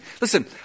Listen